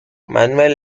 manuel